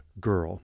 girl